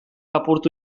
apurtu